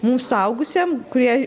mum suaugusiem kurie